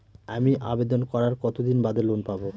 আমি আবেদন করার কতদিন বাদে লোন পাব?